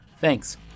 Thanks